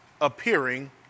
appearing